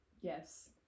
yes